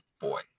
boy